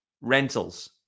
rentals